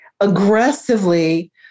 aggressively